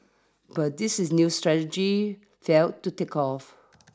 but this is new strategy failed to take off